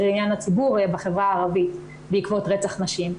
עניין לציבור בחברה הערבית בעקבות רצח נשים.